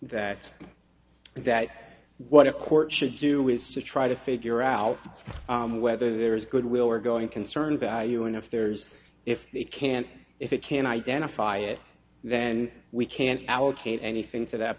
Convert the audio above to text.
that that what a court should do is to try to figure out whether there is goodwill or going concern value and if there's if they can't if it can identify it then we can allocate anything to that